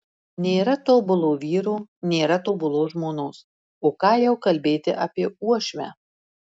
nėra tobulo vyro nėra tobulos žmonos o ką jau kalbėti apie uošvę